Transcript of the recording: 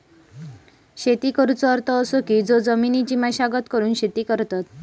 शेती करुचो अर्थ असो की जो जमिनीची मशागत करून शेती करतत